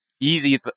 easy